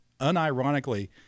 unironically